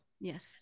Yes